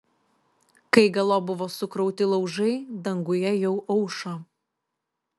kai galop buvo sukrauti laužai danguje jau aušo